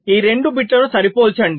ఈ 2 బిట్లను సరిపోల్చండి